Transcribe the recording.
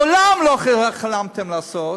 מעולם לא חלמתם לעשות,